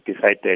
decided